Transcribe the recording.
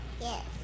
Yes